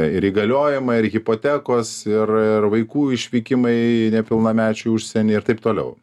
ir įgaliojimai ir hipotekos ir ir vaikų išvykimai nepilnamečių į užsienį ir taip toliau